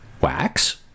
wax